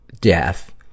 death